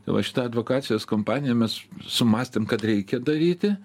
tai va šitą advokacijos kampaniją mes sumąstėm kad reikia daryti